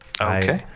Okay